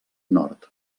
nord